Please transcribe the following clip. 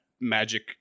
magic